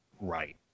right